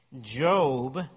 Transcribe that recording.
Job